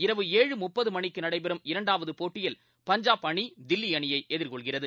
இரவு ஏழு முப்பதுக்கு நடைபெறும் இரண்டாவது போட்டியில் பஞ்சாப் அணி தில்லி அணியை எதிர்கொள்கிறது